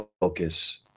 focus